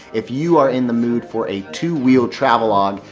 if you are in the mood for a two wheel travel log,